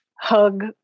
hug